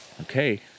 okay